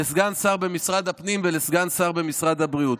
לסגן שר במשרד הפנים ולסגן שר במשרד הבריאות,